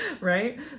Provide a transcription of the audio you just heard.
right